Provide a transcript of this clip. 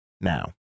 Now